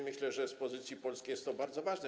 Myślę, że z pozycji polskiej jest to bardzo ważne.